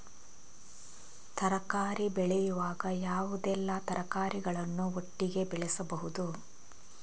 ತರಕಾರಿ ಬೆಳೆಯುವಾಗ ಯಾವುದೆಲ್ಲ ತರಕಾರಿಗಳನ್ನು ಒಟ್ಟಿಗೆ ಬೆಳೆಸಬಹುದು?